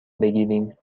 بگیریم